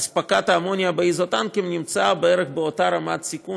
אספקת האמוניה באיזוטנקים נמצאה בערך באותה רמת סיכון